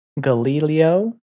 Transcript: galileo